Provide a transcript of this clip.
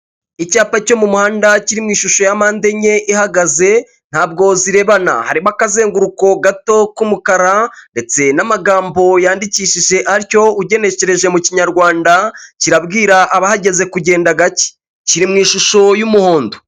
Icyapa cyo mu muhanda kiri mu ishusho ya mdeenye ihagaze ntabwo zirebana harimo akazenguruko gato k'umukara ndetse n'amagambo yandikishije atyo ugenekereje mu kinyarwanda kirabwira abahageze kugenda gake kiri mu ishusho y'umuhondo.